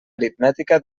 aritmètica